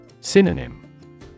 Synonym